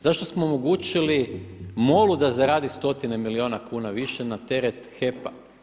Zašto smo omogućili MOL-u da zaradi stotine milijuna kuna više na teret HEP-a?